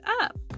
up